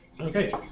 Okay